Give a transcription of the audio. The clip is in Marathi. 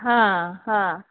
हां हां